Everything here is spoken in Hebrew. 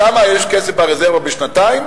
כמה כסף יש ברזרבה לשנתיים?